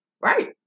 Right